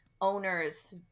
owner's